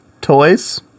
toys